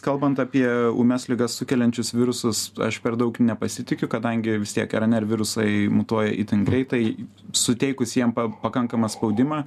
kalbant apie ūmias ligas sukeliančius virusus aš per daug nepasitikiu kadangi vis tiek rnr virusai mutuoja itin greitai suteikus jiem pakankamą spaudimą